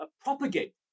propagate